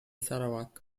sarawak